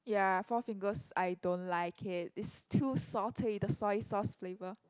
ya Four-Fingers I don't like it it's too salty the soy sauce flavour